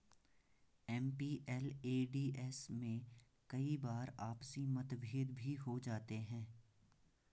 MPLADS में कई बार आपसी मतभेद भी हो जाते हैं